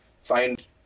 find